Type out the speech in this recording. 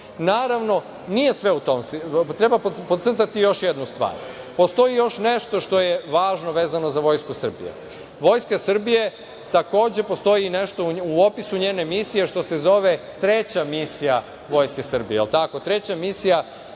Naravno, nije sve u tome, treba pocrtati još jednu stvar. Postoji još nešto što je važno vezano za Vojsku Srbije. Vojska Srbije, takođe postoji i nešto u opisu njene misije, što se zove Treća misija Vojske Srbije.